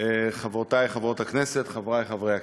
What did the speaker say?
אדוני השר, חברותי חברות הכנסת, חברי חברי הכנסת,